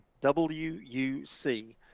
W-U-C